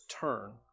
turn